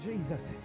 Jesus